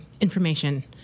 information